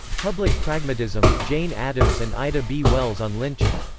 public pragmatism jane addams and ida b. wells on lynching,